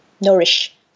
nourish